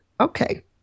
okay